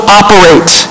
operate